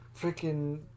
freaking